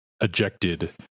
ejected